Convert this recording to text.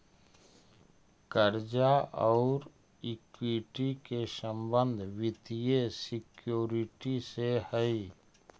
कर्जा औउर इक्विटी के संबंध वित्तीय सिक्योरिटी से हई